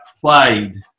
played